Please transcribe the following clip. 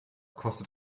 kostet